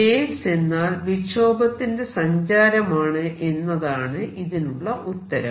waves എന്നാൽ വിക്ഷോഭത്തിന്റെ സഞ്ചാരമാണ് എന്നതാണ് ഇതിനുള്ള ഉത്തരം